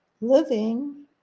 living